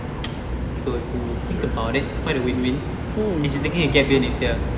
so if you think about it quite a win win and she's taking a gap year next year